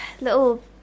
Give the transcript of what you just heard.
Little